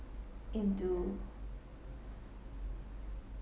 into